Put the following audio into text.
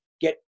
get